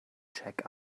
check